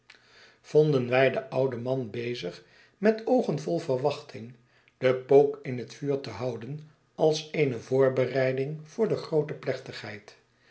vonden wij den ouden man bezig met oogen vol verwachting den pook in het vuur te houden als eerie voorbereiding voor de groote plechtigheid